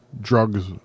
drugs